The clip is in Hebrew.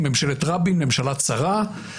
ממשלת רבין, היא ממשלה צרה.